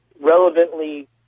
relevantly